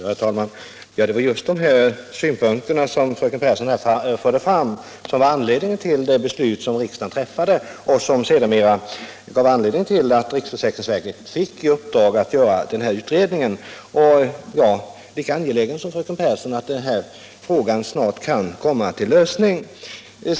Herr talman! Just de synpunkter som fröken Pehrsson nu förde fram var bakgrunden till det av riksdagen träffade beslutet, som sedermera ledde till att riksförsäkringsverket fick i uppdrag att göra utredningen i ämnet. Jag är lika angelägen som fröken Pehrsson om att denna fråga snabbt kan få en lösning.